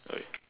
okay